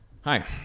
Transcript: Hi